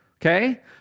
Okay